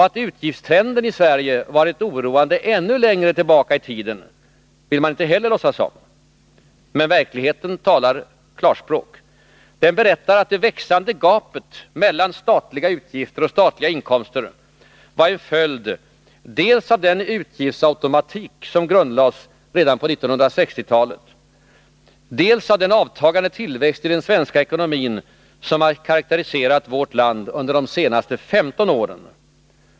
Att utgiftstrenden i Sverige varit oroande ännu längre tillbaka i tiden vill de inte heller låtsas om. Men verkligheten talar klarspråk. Den berättar att det växande gapet mellan statliga utgifter och statliga inkomster var en följd dels av den utgiftsautomatik som grundlades redan på 1960-talet, dels av den avtagande tillväxt i den svenska ekonomin som har karakteriserat vårt land under de senaste 15 åren.